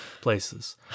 places